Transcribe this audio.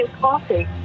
coffee